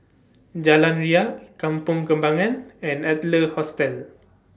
Jalan Ria Kampong Kembangan and Adler Hostel